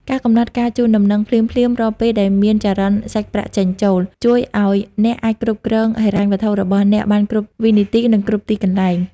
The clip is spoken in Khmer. ការកំណត់ការជូនដំណឹង ភ្លាមៗរាល់ពេលដែលមានចរន្តសាច់ប្រាក់ចេញចូល ជួយឱ្យអ្នកអាចគ្រប់គ្រងហិរញ្ញវត្ថុរបស់អ្នកបានគ្រប់វិនាទី និងគ្រប់ទីកន្លែង។